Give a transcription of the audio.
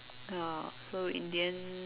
ya so in the end